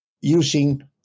using